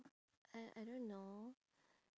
I I don't know